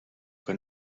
que